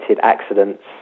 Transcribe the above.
accidents